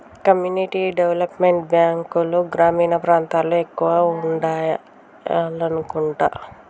community development బ్యాంకులు గ్రామీణ ప్రాంతాల్లో ఎక్కువగా ఉండాయనుకుంటా